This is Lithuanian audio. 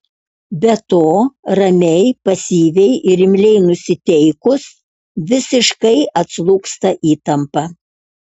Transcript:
be to ramiai pasyviai ir imliai nusiteikus visiškai atslūgsta įtampa